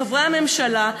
מחברי הממשלה,